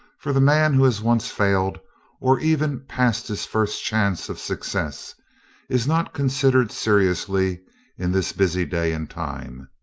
for the man who has once failed or even passed his first chance of success is not considered seriously in this busy day and time.